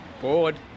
Bored